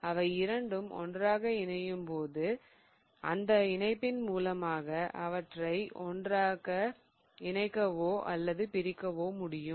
இவை இரண்டும் ஒன்றாக இணையும் போது அந்த இணைப்பின் மூலமாக அவற்றை ஒன்றாக இணைக்கவோ அல்லது பிரிக்கவோ முடியும்